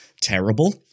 terrible